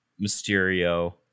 Mysterio